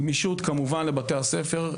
גמישות, כמובן, לבית הספר.